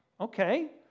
Okay